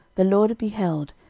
the lord beheld,